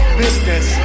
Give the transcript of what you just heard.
business